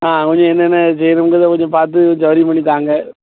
ஆ கொஞ்சம் என்னென்ன செய்யணுங்கறத கொஞ்சம் பார்த்து சவுகரியம் பண்ணி தாங்க